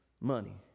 Money